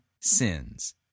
sins